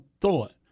thought